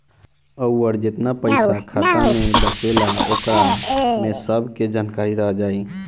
अउर जेतना पइसा खाता मे बचेला ओकरा में सब के जानकारी रह जाइ